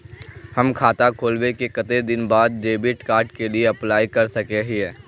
हम खाता खोलबे के कते दिन बाद डेबिड कार्ड के लिए अप्लाई कर सके हिये?